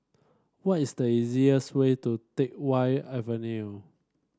what is the easiest way to Teck Whye Avenue